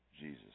Jesus